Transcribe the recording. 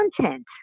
content